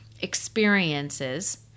experiences